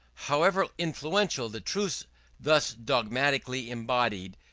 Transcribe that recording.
however influential the truths thus dogmatically embodied,